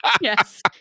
yes